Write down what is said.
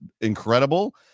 incredible